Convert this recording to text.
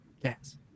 Yes